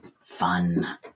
fun